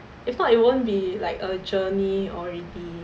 if not it won't be like a journey already